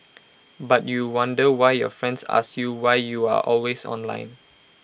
but you wonder why your friends ask you why you are always online